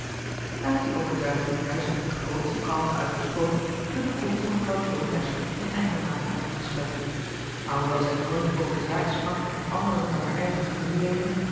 hij had die overtuiging juist met de grootste kalmte uitgesproken toen de komst van mevrouw john dashwood een einde maakte aan hun gesprek maar hoewel zij nooit over de zaak sprak met anderen dan haar eigen familieleden